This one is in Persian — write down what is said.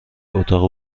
اتاق